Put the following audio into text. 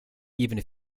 even